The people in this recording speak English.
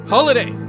Holiday